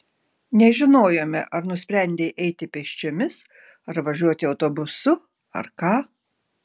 nežinojome ar nusprendei eiti pėsčiomis ar važiuoti autobusu ar ką